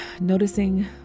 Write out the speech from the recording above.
noticing